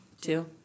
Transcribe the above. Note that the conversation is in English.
two